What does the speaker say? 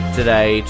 today